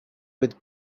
with